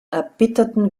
erbitterten